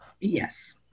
Yes